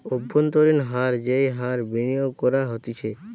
অব্ভন্তরীন হার যেই হার বিনিয়োগ করা হতিছে